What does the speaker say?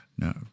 No